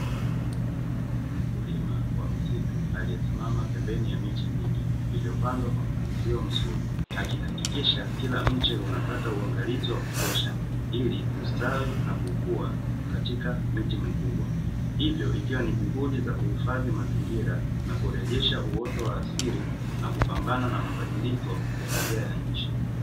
Mkulima wa misitu aliyesimama pembeni ya miche mingi iliyopandwa kwa mpangilio mzuri, akihakikisha kila mche unapata uangalizi wa kutosha ili kustawi na kukua katika miti mikubwa. Hivyo ikiwa ni juhudi za kuhifadhi mazingira na kurejesha uoto wa asili na kupambana na mabadiliko ya tabia ya nchi.